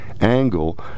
angle